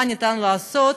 מה אפשר לעשות,